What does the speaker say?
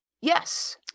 Yes